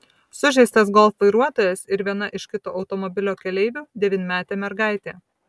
sužeistas golf vairuotojas ir viena iš kito automobilio keleivių devynmetė mergaitė